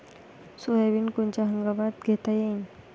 Soybean कोनच्या हंगामात घेता येईन?